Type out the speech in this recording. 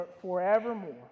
forevermore